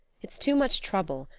it's too much trouble.